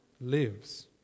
lives